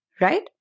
right